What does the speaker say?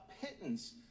pittance